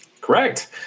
correct